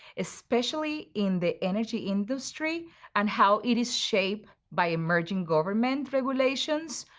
especially in the energy industry and how it is shaped by emerging government regulations,